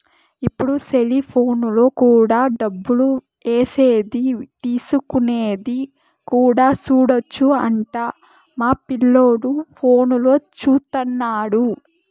ఇప్పుడు సెలిపోనులో కూడా డబ్బులు ఏసేది తీసుకునేది కూడా సూడొచ్చు అంట మా పిల్లోడు ఫోనులో చూత్తన్నాడు